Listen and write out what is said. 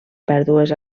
pèrdues